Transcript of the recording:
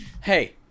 Hey